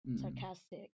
sarcastic